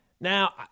Now